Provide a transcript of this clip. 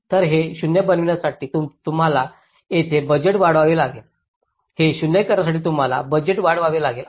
तर हे 0 बनवण्यासाठी तुम्हाला येथे बजेट वाढवावे लागेल हे 0 करण्यासाठी तुम्हाला येथे बजेट वाढवावे लागेल